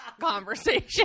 conversation